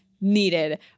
needed